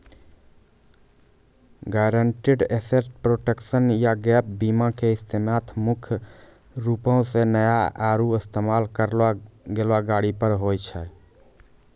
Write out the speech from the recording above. guaranteed asset protection या gap बीमा के इस्तेमाल मुख्य रूपो से नया आरु इस्तेमाल करलो गेलो गाड़ी पर होय छै